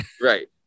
right